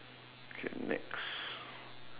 okay next